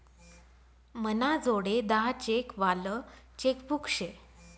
मनाजोडे दहा चेक वालं चेकबुक शे